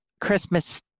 christmas